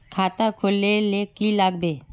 खाता खोल ले की लागबे?